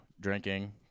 drinking